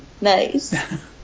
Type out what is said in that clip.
Nice